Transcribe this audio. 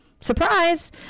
Surprise